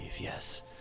yes